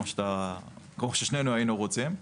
כמו ששנינו היינו רוצים.